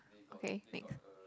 okay next